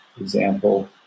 example